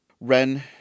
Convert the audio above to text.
Ren